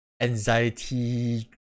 anxiety